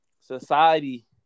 society